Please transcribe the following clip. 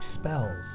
spells